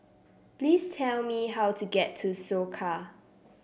please tell me how to get to Soka